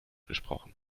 gesprochen